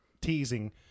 teasing